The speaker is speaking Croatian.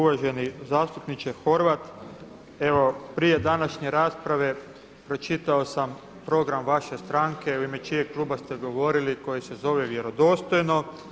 Uvaženi zastupniče Horvat, evo prije današnje rasprave pročitao sam program vaše stranke u ime čijeg kluba ste govorili koji se zove vjerodostojno.